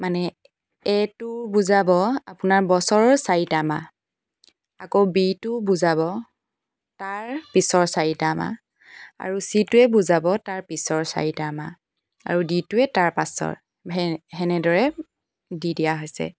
মানে এটো বুজাব আপোনাৰ বছৰৰ চাৰিটা মাহ আকৌ বিটো বুজাব তাৰ পিছৰ চাৰিটা মাহ আৰু চিটোৱে বুজাব তাৰ পিছৰ চাৰিটা মাহ আৰু ডিটোৱে তাৰ পাছৰ সে সেনেদৰে দি দিয়া হৈছে